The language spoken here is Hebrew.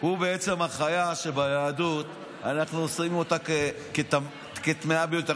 הוא החיה שביהדות אנחנו אוסרים אותה כטמאה ביותר?